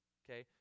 okay